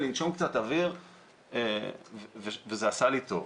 לנשום קצת אויר וזה עשה לי טוב.